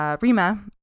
Rima